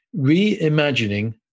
Reimagining